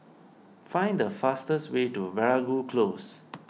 find the fastest way to Veeragoo Close